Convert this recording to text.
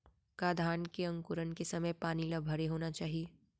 का धान के अंकुरण के समय पानी ल भरे होना चाही?